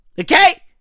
okay